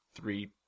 three